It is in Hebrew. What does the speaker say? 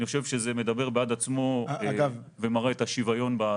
אני חושב שזה מדבר בעד עצמו ומראה את השוויון בהזנקה.